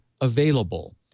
available